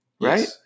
right